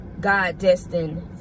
god-destined